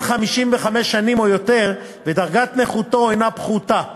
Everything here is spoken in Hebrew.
55 שנים או יותר ודרגת נכותו אינה פחותה מ-50%,